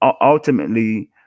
ultimately